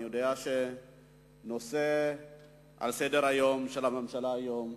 אני יודע שהוא על סדר-היום של הממשלה היום,